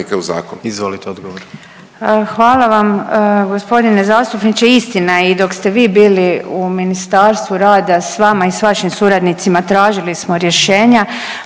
Hvala vam gospodine zastupniče, istina je i dok ste vi bili u Ministarstvu rada s vama i vašim suradnicima tražili smo rješenja.